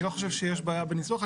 אני לא חושב שיש בעיה בניסוח,